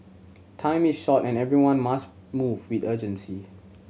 time is short and everyone must move with urgency